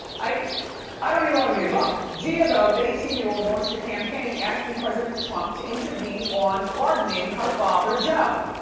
i i don't even wanna be involved. gia though, the eighteen year old, launched a campaign asking president trump to intervene on pardoning her father, joe.